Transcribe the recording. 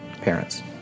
parents